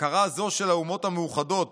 הכרה זו של האומות המאוחדות